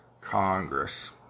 Congress